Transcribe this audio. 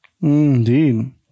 Indeed